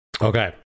Okay